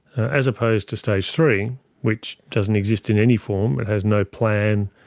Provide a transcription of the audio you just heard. as opposed to stage three which doesn't exist in any form, it has no plan,